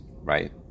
Right